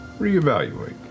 reevaluate